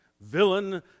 Villain